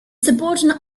subordinate